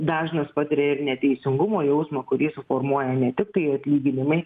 dažnas patiria ir neteisingumo jausmą kurį suformuoja ne tiktai atlyginimai